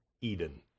Eden